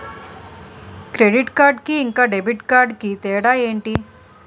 Credit card కి ఇంకా debit card కి తేడా ఏంటి?